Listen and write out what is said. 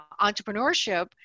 entrepreneurship